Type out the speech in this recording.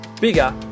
bigger